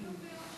ההצעה להעביר את